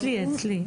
כן, היא אצלי.